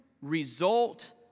Result